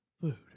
food